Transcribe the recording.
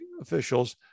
officials